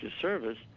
service